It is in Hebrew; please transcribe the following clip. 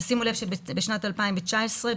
תשימו לב שבשנת 2019,